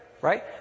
right